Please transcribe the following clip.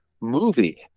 movie